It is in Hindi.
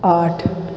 आठ